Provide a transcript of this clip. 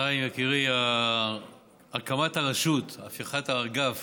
חיים, יקירי, הקמת הרשות, הפיכת האגף